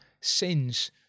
sins